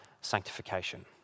sanctification